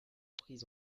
prises